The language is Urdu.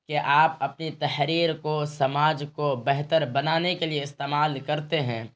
کہ آپ اپنی تحریر کو سماج کو بہتر بنانے کے لیے استعمال کرتے ہیں